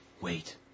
Wait